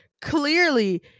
clearly